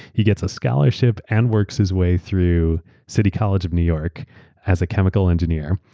he gets a scholarship and works his way through city college of new york as a chemical engineer.